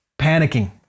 panicking